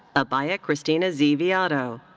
abhaya christina z. viado.